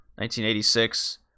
1986